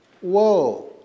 Whoa